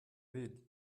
welet